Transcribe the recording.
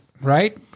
right